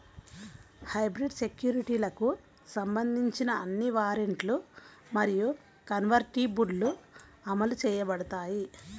hybrid సెక్యూరిటీలకు సంబంధించిన అన్ని వారెంట్లు మరియు కన్వర్టిబుల్లు అమలు చేయబడతాయి